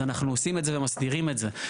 אז אנחנו עושים את זה ומסדירים את זה.